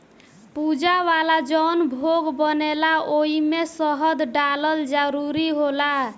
पूजा वाला जवन भोग बनेला ओइमे शहद डालल जरूरी होला